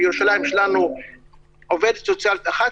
בירושלים יש לנו עובדת סוציאלית אחת,